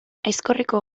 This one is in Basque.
aizkorriko